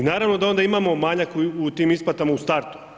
I naravno da onda imamo manjak u tim isplatama u startu.